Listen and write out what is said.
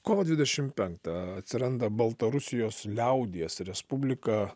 kovo dvidešim penktą atsiranda baltarusijos liaudies respublika